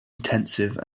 intensive